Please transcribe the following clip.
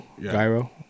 Gyro